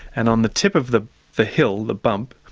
and on the tip of the the hill, the bump,